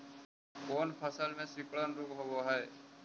कोन फ़सल में सिकुड़न रोग होब है?